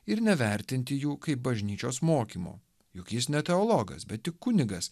ir nevertinti jų kaip bažnyčios mokymo juk jis ne teologas bet tik kunigas